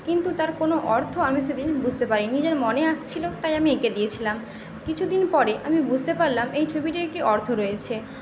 কিন্তু তার কোন অর্থ আমি সেদিন বুঝতে পারি নি নিজের মনে আসছিল তাই আমি এঁকে দিয়েছিলাম কিছুদিন পরে আমি বুঝতে পারলাম এই ছবিটির একটি অর্থ রয়েছে